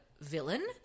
villain